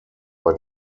bei